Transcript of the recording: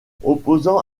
opposant